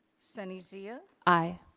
sunny zia? aye.